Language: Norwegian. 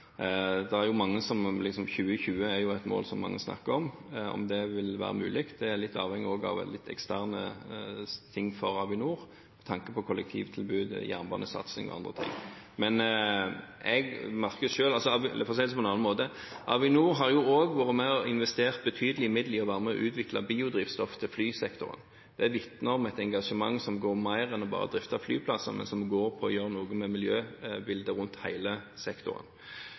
2020 er jo et mål som mange snakker om. Om det vil være mulig, er også litt avhengig av eksterne ting for Avinor – med tanke på kollektivtilbud, jernbanesatsing og annet. Avinor har også investert betydelige midler i å være med og utvikle biodrivstoff til flysektoren. Det vitner om et engasjement som handler om mer enn bare å drifte flyplasser, men som handler om å gjøre noe med miljøbildet rundt hele sektoren.